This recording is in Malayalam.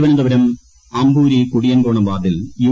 തിരുവനന്തപുരം അമ്പൂരി കുടിയൻകോണം വാർഡിൽ യു